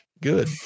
good